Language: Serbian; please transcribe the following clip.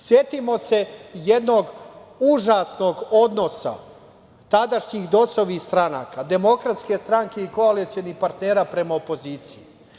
Setimo se jednog užasnog odnosa tadašnjih dosovih stranaka, DS i koalicionih partnera prema opoziciji.